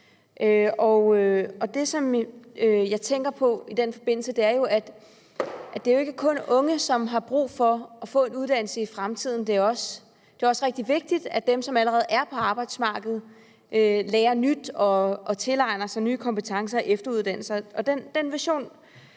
som jeg tænker på i den forbindelse, er, at det jo ikke kun er unge, som har brug for at få en uddannelse i fremtiden. Det er også rigtig vigtigt, at dem, som allerede er på arbejdsmarkedet, lærer nyt og tilegner sig nye kompetencer og efteruddannelse.